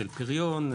של פריון,